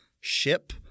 ship